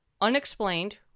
unexplained